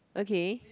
okay